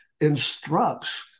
instructs